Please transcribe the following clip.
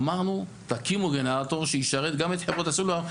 אמרנו, תקימו גנרטור שישרת גם את חברות הסלולר.